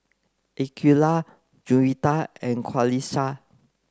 Aqeelah Juwita and Qalisha